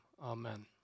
Amen